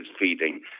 feeding